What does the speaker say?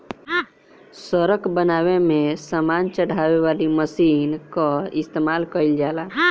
सड़क बनावे में सामान चढ़ावे वाला मशीन कअ इस्तेमाल कइल जाला